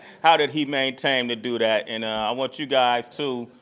how did he maintain to do that. and i want you guys, too,